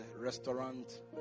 restaurant